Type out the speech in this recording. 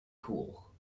pool